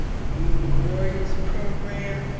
the wounded warriors program,